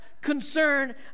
concern